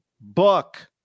book